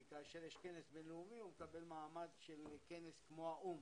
כי כאשר יש כנס בינלאומי הוא מקבל מעמד של כנס כמו האו"ם.